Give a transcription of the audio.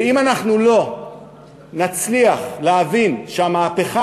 ואם אנחנו לא נצליח להבין שהמהפכה